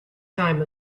time